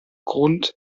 grund